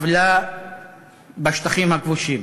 והתנגדות ברורה ומוסרית לפגיעה באזרחים באשר הם